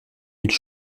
mille